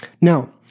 Now